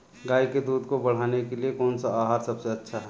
गाय के दूध को बढ़ाने के लिए कौनसा आहार सबसे अच्छा है?